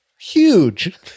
huge